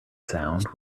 sound